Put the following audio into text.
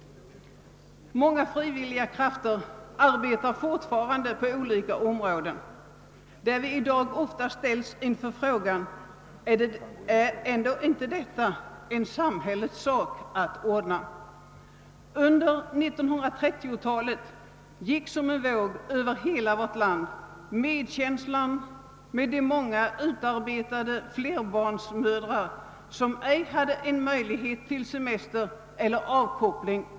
Många frivilliga krafter arbetar fortfarande på olika områden där de i dag ofta ställs inför frågan: Är inte detta en sak som samhället borde ordna? Under 1930-talet gick som en våg över hela vårt land medkänslan med de många utarbetade flerbarnsmödrar som ej hade någon möjlighet till semester eller avkoppling.